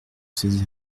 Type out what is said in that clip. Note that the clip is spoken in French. ses